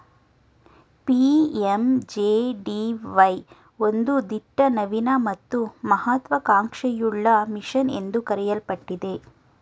PMJDY ಒಂದು ದಿಟ್ಟ ನವೀನ ಮತ್ತು ಮಹತ್ವ ಕಾಂಕ್ಷೆಯುಳ್ಳ ಮಿಷನ್ ಎಂದು ಕರೆಯಲ್ಪಟ್ಟಿದೆ